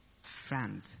friend